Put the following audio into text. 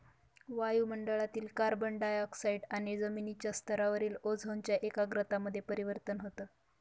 वायु मंडळातील carbon dioxide आणि जमिनीच्या स्तरावरील ओझोनच्या एकाग्रता मध्ये परिवर्तन होतं